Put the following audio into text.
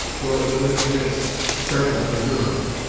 though it was in their midst, startled the hurons.